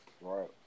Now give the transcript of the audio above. Right